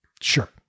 Sure